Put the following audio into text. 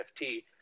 NFT